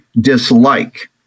dislike